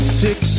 fix